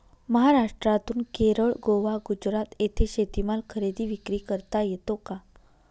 महाराष्ट्रातून केरळ, गोवा, गुजरात येथे शेतीमाल खरेदी विक्री करता येतो का?